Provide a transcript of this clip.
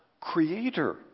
Creator